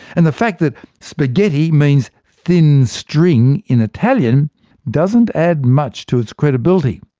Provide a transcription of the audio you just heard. and the fact that spaghetti means thin string in italian doesn't add much to its credibility.